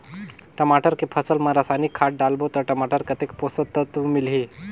टमाटर के फसल मा रसायनिक खाद डालबो ता टमाटर कतेक पोषक तत्व मिलही?